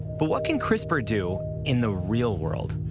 but, what can crispr do in the real world?